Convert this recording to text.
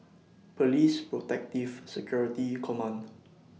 Police Protective Security Command